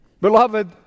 Beloved